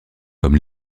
comme